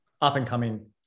up-and-coming